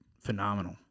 phenomenal